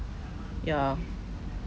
ya